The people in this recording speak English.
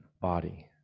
body